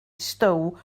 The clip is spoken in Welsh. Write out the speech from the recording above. stow